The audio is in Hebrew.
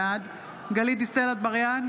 בעד גלית דיסטל אטבריאן,